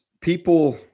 people